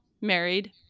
married